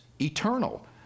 eternal